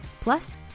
Plus